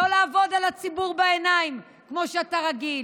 לא לעבוד על הציבור בעיניים כמו שאתה רגיל,